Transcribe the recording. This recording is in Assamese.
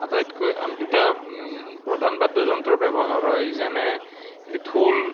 আটাইতকৈ দুটা প্ৰধান বাদ্যযন্ত্ৰ ব্যৱহাৰ হয় যেনে ঢোল